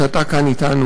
שאתה כאן אתנו,